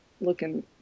looking